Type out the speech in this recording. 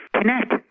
connect